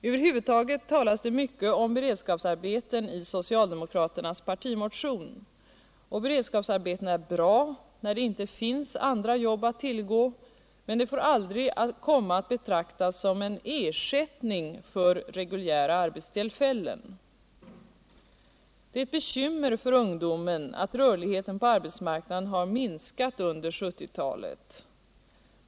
Över huvud taget talas det mycket om beredskapsarbeten i socialdemokraternas partimotion. Och beredskapsarbeten är bra när det inte finns andra jobb att tillgå, men de får aldrig komma att betraktas som en ersättning för reguljära arbetstillfällen. Det är ett bekymmer för ungdomen att rörligheten på arbetsmarknaden har minskat under 1970-talet.